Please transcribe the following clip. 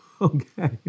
Okay